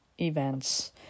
events